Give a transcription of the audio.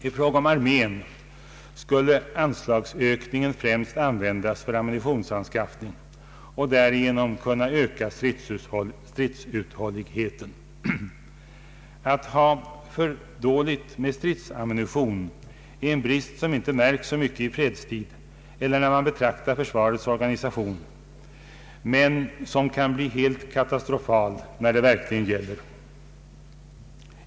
I fråga om armén skulle anslagsökningen främst användas för ammunitionsanskaffning för att därigenom kunna öka stridsuthålligheten. Att ha för dåligt med stridsammunition är en brist som inte märks så mycket i fredstid eller när man betraktar försvarets organisation men som kan bli helt katastrofal när det verkligen gäller.